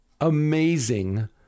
amazing